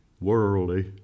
worldly